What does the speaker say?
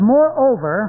Moreover